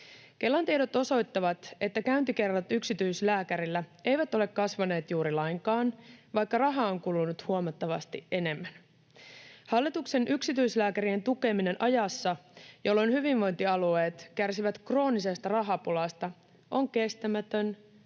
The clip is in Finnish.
Kelan tiedot osoittavat, että käyntikerrat yksityislääkärillä eivät ole kasvaneet juuri lainkaan, vaikka rahaa on kulunut huomattavasti enemmän. Hallituksen yksityislääkärien tukeminen ajassa, jolloin hyvinvointialueet kärsivät kroonisesta rahapulasta, on kestämätön,